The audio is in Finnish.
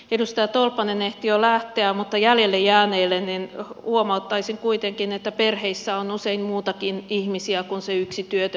edustaja tolppanen ehti jo lähteä mutta jäljelle jääneille huomauttaisin kuitenkin että perheissä on usein muitakin ihmisiä kuin se yksi työtön henkilö